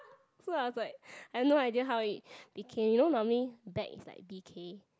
so I was like I've no idea how it became you know normally back is like B_K